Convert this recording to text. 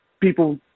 people